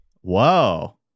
Whoa